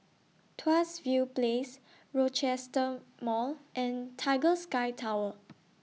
Tuas View Place Rochester Mall and Tiger Sky Tower